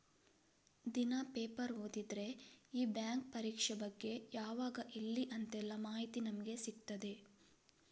ದಿನಾ ಪೇಪರ್ ಓದಿದ್ರೆ ಈ ಬ್ಯಾಂಕ್ ಪರೀಕ್ಷೆ ಬಗ್ಗೆ ಯಾವಾಗ ಎಲ್ಲಿ ಅಂತೆಲ್ಲ ಮಾಹಿತಿ ನಮ್ಗೆ ಸಿಗ್ತದೆ